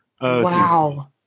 Wow